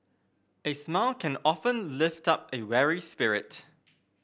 a smile can often lift up a weary spirit